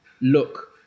look